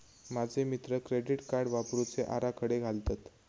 माझे मित्र credit card वापरुचे आराखडे घालतत